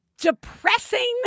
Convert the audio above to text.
depressing